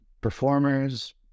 performers